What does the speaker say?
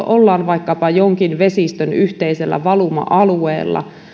ollaan vaikkapa jonkin vesistön yhteisellä valuma alueella